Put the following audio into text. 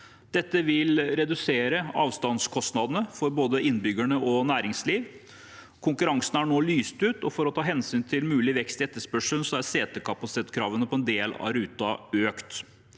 Dette vil redusere avstandskostnadene for både innbyggere og næringsliv. Konkurransen er nå lyst ut, og for å ta hensyn til mulig vekst i etterspørselen er setekapasitetskravene økt på en del av rutene.